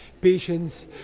patients